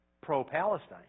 pro-Palestine